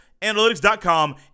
analytics.com